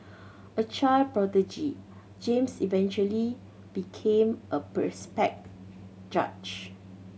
a child prodigy James eventually became a judge